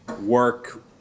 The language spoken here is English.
work